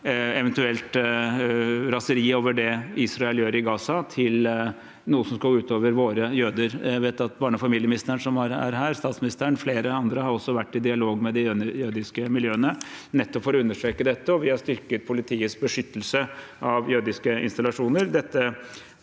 eventuelt raseri over det Israel gjør i Gaza, til noe som skal gå ut over våre jøder. Jeg vet at også barne- og familieministeren, som er her nå, statsministeren og flere andre har vært i dialog med de jødiske miljøene, nettopp for å understreke dette. Vi har også styrket politiets beskyttelse av jødiske installasjoner.